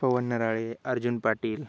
Pawan Narale Arjun Patil